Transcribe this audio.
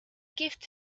gift